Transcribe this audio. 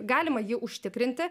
galima jį užtikrinti